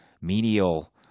menial